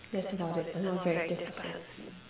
that's about it I'm not a very active person